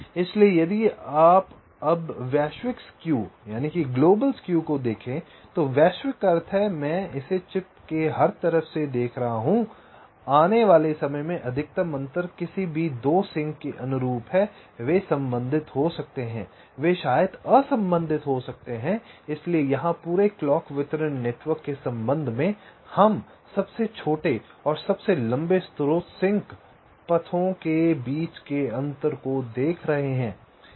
इसलिए यदि आप अब वैश्विक स्क्यू को देखते हैं तो वैश्विक अर्थ है कि मैं इसे चिप हर तरफ से देख रहा हूँ आने वाले समय में अधिकतम अंतर किसी भी 2 सिंक के अनुरूप है वे संबंधित हो सकते हैं वे शायद असंबंधित हो सकते हैं इसलिए यहां पूरे क्लॉक वितरण नेटवर्क के संबंध में हम सबसे छोटे और सबसे लंबे स्रोत सिंक पथों के बीच के अंतर को देख रहे हैं